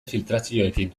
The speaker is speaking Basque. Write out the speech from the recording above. filtrazioekin